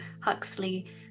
Huxley